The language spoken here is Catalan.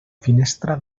finestra